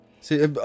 See